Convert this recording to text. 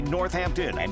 Northampton